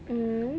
mmhmm